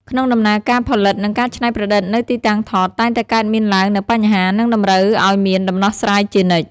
ក្នុងដំណើរការផលិត និងការច្នៃប្រឌិតនៅទីតាំងថត តែងតែកើតមានឡើងនូវបញ្ហា និងតម្រូវឲ្យមានដំណោះស្រាយជានិច្ច។